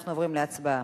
אנחנו עוברים להצבעה.